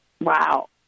Wow